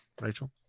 Rachel